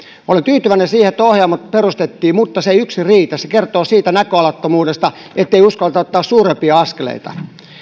olen tyytyväinen siihen että ohjelmat perustettiin mutta se ei yksin riitä se kertoo siitä näköalattomuudesta ettei uskalleta ottaa suurempia askeleita